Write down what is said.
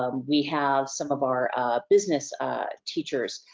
um we have some of our business teachers,